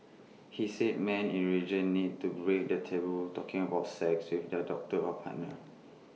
he said men in region need to break the taboo talking about sex with their doctor or partner